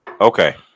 okay